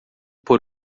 por